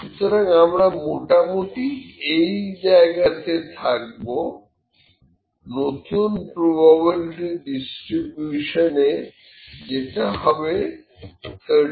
সুতরাং আমরা মোটামুটি এই জায়গাতে থাকবো নতুন প্রবাবিলিটি ডিস্ট্রিবিউশনে যেটা হবে 37